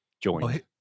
joined